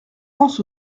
pense